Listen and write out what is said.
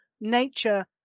nature